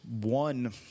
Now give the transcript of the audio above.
one